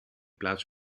plaats